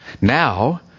Now